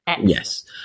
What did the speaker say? Yes